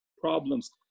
problems